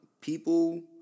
People